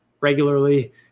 regularly